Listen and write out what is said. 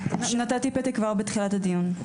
נתתי פתק כבר בתחילת הדיון.